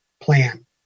plan